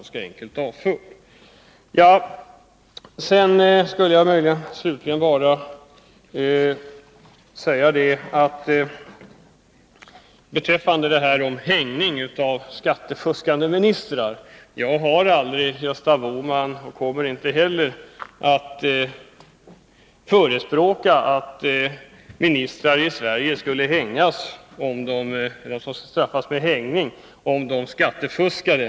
Sedan skulle jag vilja säga beträffande hängning av skattefuskande ministrar att jag aldrig har förespråkat och heller aldrig kommer att förespråka att ministrar i Sverige skulle straffas med hängning, om de skattefuskade.